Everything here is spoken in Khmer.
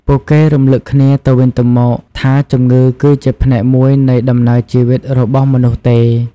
ពួកគេរំលឹកគ្នាទៅវិញទៅមកថាជំងឺគឺជាផ្នែកមួយនៃដំណើរជីវិតរបស់មនុស្សទេ។